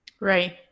right